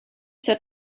set